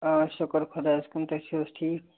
آ شُکُر خدایَس کُن تُہۍ چھِو حظ ٹھیٖک